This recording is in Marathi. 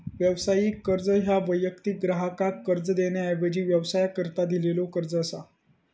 व्यावसायिक कर्ज ह्या वैयक्तिक ग्राहकाक कर्ज देण्याऐवजी व्यवसायाकरता दिलेलो कर्ज असा